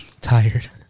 tired